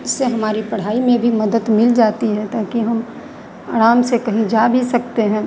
जिससे हमारी पढ़ाई में भी मदद मिल जाती है ताकि हम आराम से कहीं जा भी सकते हैं